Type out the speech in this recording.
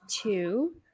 two